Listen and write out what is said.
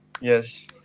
Yes